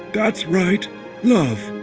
that's right love.